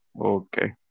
Okay